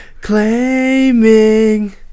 Claiming